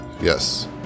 Yes